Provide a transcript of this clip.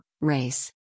Race